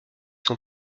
son